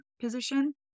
position